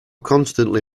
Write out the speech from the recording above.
constantly